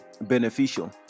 beneficial